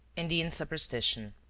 indian superstition.